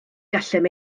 gallem